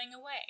away